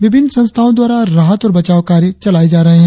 विभिन्न संस्थाओं द्वारा राहत और बचाव कार्य चलाए जा रहे हैं